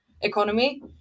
economy